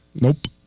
Nope